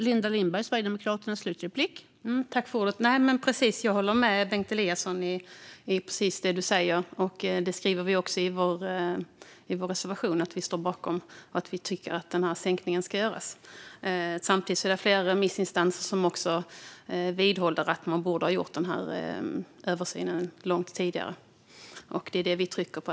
Fru talman! Jag håller med om precis det som Bengt Eliasson säger. Det skriver vi också i vår reservation. Vi står bakom att sänkningen ska göras. Samtidigt är det flera remissinstanser som vidhåller att man borde ha gjort denna översyn långt tidigare. Det är det vi trycker på.